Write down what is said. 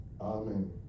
Amen